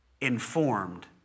informed